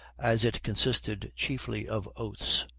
as it consisted chiefly of oaths,